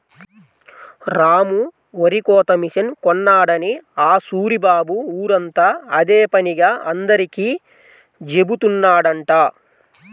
రాము వరికోత మిషన్ కొన్నాడని ఆ సూరిబాబు ఊరంతా అదే పనిగా అందరికీ జెబుతున్నాడంట